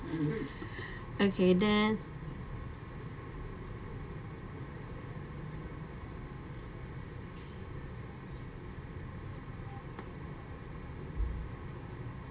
okay then